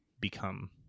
become